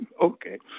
Okay